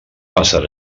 passarà